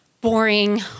boring